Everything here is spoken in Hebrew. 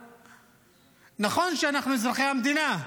נכון שאנחנו אזרחי המדינה.